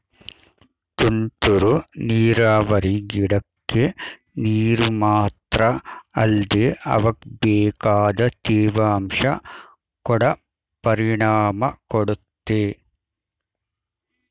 ತುಂತುರು ನೀರಾವರಿ ಗಿಡಕ್ಕೆ ನೀರು ಮಾತ್ರ ಅಲ್ದೆ ಅವಕ್ಬೇಕಾದ ತೇವಾಂಶ ಕೊಡ ಪರಿಣಾಮ ಕೊಡುತ್ತೆ